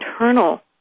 internal